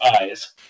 eyes